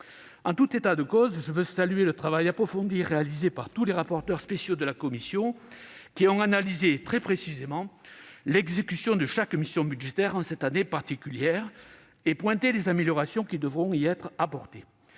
En tout état de cause, je tiens à saluer le travail approfondi réalisé par tous les rapporteurs spéciaux de la commission des finances, qui ont analysé très précisément l'exécution de chaque mission budgétaire en cette année particulière et pointé les améliorations qui devront y être apportées.